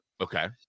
Okay